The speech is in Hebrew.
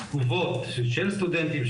תגובות של סטודנטים,